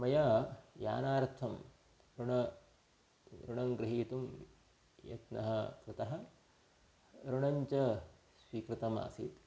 मया यानार्थम् ऋणम् ऋणं गृहीतुं यत्नः कृतः ऋणञ्च स्वीकृतमासीत्